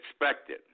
expected